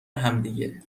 همدیگه